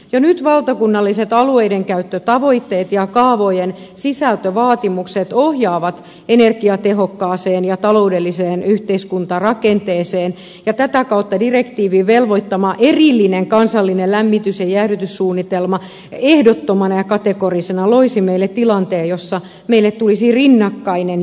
jo nyt valtakunnalliset alueidenkäyttötavoitteet ja kaavojen sisältövaatimukset ohjaavat energiatehokkaaseen ja taloudelliseen yhteiskuntarakenteeseen ja tätä kautta direktiivin velvoittama erillinen kansallinen lämmitys ja jäähdytyssuunnitelma ehdottomana ja kategorisena loisi meille tilanteen jossa meille tulisi rinnakkainen järjestelmä